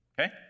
Okay